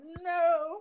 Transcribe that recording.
no